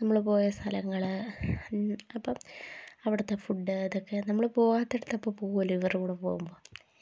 നമ്മള് പോയ സ്ഥലങ്ങള് അപ്പോള് അവിടത്തെ ഫുഡ് ഇതൊക്കെ നമ്മള് പോവാത്തിടത്തൊക്കെ പോവുകയല്ലേ ഇവരുടെ കൂടെ പോകുമ്പോള്